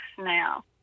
now